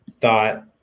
thought